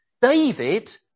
David